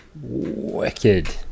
wicked